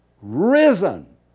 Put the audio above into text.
risen